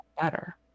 better